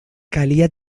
calia